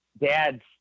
dad's